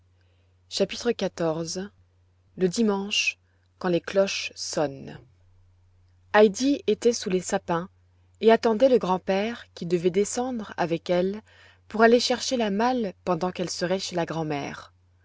chapitre xiv le dimanche quand les cloches sonnent heidi était sous les sapins et attendait le grand-père qui devait descendre avec elle pour aller chercher la malle pendant qu'elle serait chez la grand'mère